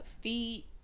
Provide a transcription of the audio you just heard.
feet